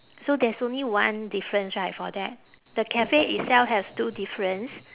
so there's only one difference right for that the cafe itself has two difference